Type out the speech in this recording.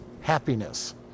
happiness